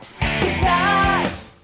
guitars